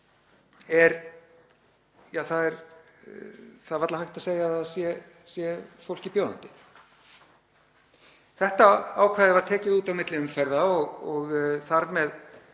er varla hægt að segja að það sé fólki bjóðandi. Þetta ákvæði var tekið út á milli umferða og þar með